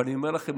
אבל אני אומר לכם,